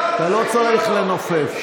אתה לא צריך לנופף.